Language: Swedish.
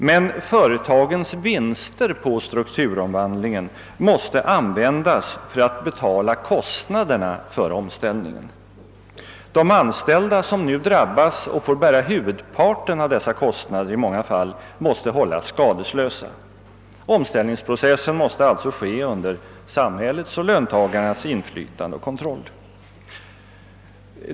Men företagens vinster på strukturomvandlingen måste användas för att betala kostnaderna för omställningen. De anställda, som nu drabbas och i många fall får bära huvudparten av kostnaderna, måste hållas skadeslösa. Omställningsprocessen måste ske under samhällets och löntagarnas inflytande och kontroll.